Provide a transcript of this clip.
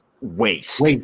waste